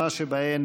לשני?